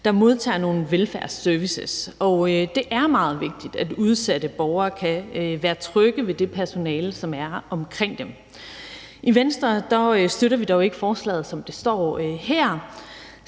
der modtager nogle velfærdsservices. Det er meget vigtigt, at udsatte borgere kan være trygge ved det personale, som er omkring dem. Venstre støtter vi dog ikke forslaget, som det står her.